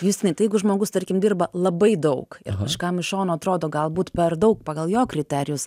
justinai tai jeigu žmogus tarkim dirba labai daug ir kažkam iš šono atrodo galbūt per daug pagal jo kriterijus